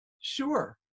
Sure